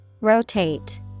Rotate